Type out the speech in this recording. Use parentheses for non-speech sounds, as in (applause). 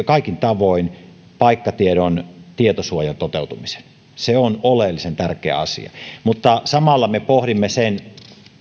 (unintelligible) kaikin tavoin paikkatiedon tietosuojan toteutumisen se on oleellisen tärkeä asia mutta samalla me pohdimme